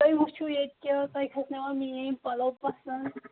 تُہۍ وٕچھو یتہ کیاہ حظ تۄہہ کھسناوا میٲنۍ پَلو پسند